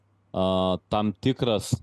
a tam tikras